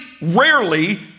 rarely